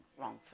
wrong